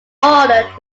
ordered